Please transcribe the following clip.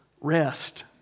rest